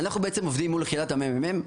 אנחנו בעצם עובדים מול מרכז המחקר והמידע,